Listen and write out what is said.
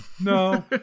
No